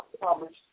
published